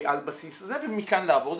על בסיס זה, ומכאן לעבור.